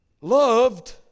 loved